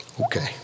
Okay